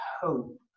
hope